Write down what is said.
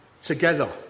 together